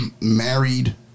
married